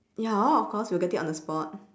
ya of course you'll get it on the spot